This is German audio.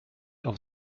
auf